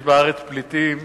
בארץ יש פליטים